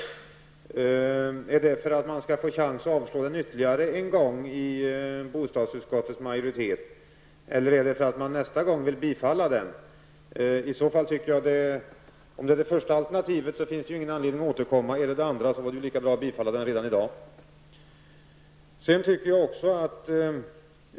Vill bostadsutskottets majoritet få en chans att avslå den ytterligare en gång, eller vill man nästa gång bifalla den? Om det första alternativet gäller, finns det ingen anledning att återkomma. Gäller det andra, är det lika bra att bifalla motionen redan i dag.